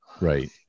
right